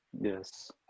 Yes